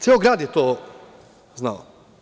Ceo grad je to znao.